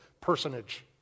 personage